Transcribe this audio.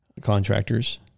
contractors